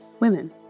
women